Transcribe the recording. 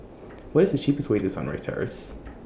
What IS The cheapest Way to Sunrise Terrace